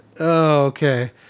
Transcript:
okay